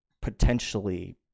potentially